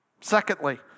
Secondly